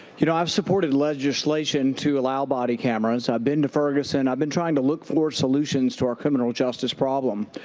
you know, i've supported legislation to allow body cameras. i've been to ferguson, i've been trying to look for solutions to our criminal justice problem.